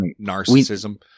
narcissism